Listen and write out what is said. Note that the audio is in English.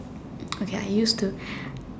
okay I used to